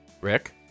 Rick